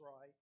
right